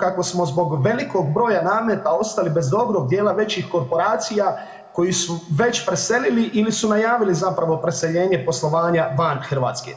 kako smo zbog velikog broja nameta ostali bez dobrog djela većih korporacija koji se već preselili ili su najavili zapravo preseljenje poslovanja van Hrvatske.